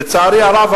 לצערי הרב,